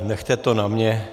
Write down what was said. Nechejte to na mě.